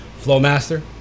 Flowmaster